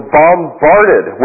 bombarded